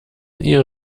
ihr